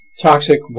Toxic